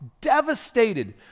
devastated